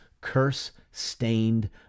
curse-stained